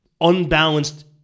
unbalanced